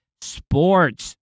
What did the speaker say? Sports